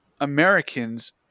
Americans